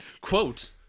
quote